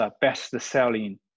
best-selling